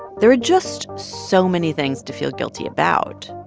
there were just so many things to feel guilty about.